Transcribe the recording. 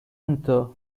answer